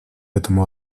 этому